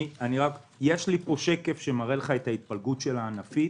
יש לי פה שקף שמראה לך את ההתפלגות הענפית,